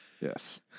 Yes